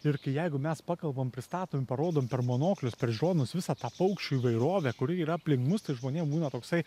ir kai jeigu mes pakalbam pristatom parodom per monoklius per žiūronus visą tą paukščių įvairovę kuri yra aplink mus tai žmonėm būna toksai